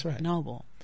noble